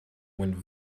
went